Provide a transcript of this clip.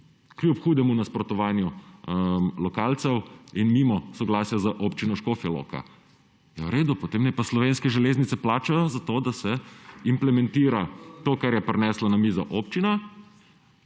Kljub hudemu nasprotovanju lokalcev in mimo soglasja z Občino Škofja loka. Ja v redu, potem naj pa Slovenske železnice plačajo za to, da se implementira to, kar je prinesla na mizo občina,